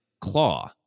claw